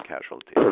casualties